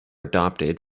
adapted